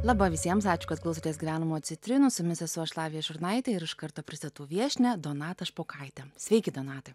laba visiems ačiū kad klausotės gyvenimo citrinos su jumis esu aš šlavija šurnaitė ir iš karto pristatau viešnią donata špokaitė sveiki donata